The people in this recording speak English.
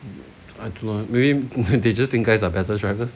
I don't maybe they think guys are better drivers